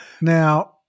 Now